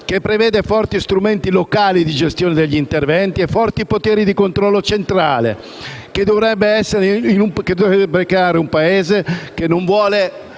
che prevede forti strumenti locali di gestione degli interventi e forti poteri di controllo centrale; che dovrebbe creare un Paese che non vuole